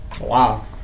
Wow